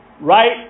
right